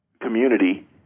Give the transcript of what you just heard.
community